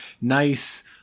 nice